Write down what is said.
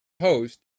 host